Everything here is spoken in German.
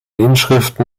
inschriften